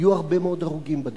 יהיו הרבה מאוד הרוגים בדרך.